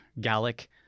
Gallic